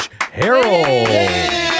Harold